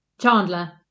Chandler